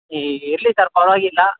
ಇರಲಿ ಸರ್ ಪರವಾಗಿಲ್ಲ